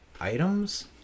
items